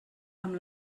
amb